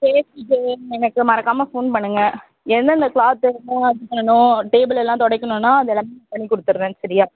பேசிவிட்டு எனக்கு மறக்காமல் ஃபோன் பண்ணுங்கள் எந்தெந்த க்ளாத்து எல்லாம் வேணும் டேபிளெல்லாம் துடைக்கணுன்னா அது எல்லாம் நான் பண்ணி கொடுத்துட்றேன் சரியா